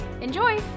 Enjoy